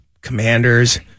commanders